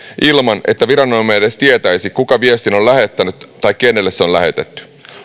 ilman että viranomainen edes tietäisi kuka viestin on lähettänyt tai kenelle se on lähetetty